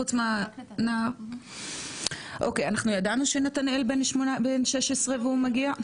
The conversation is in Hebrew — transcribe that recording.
חוץ, אוקי, אנחנו ידענו שנתנאל בן 16 והוא מגיע?